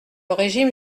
régime